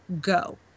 go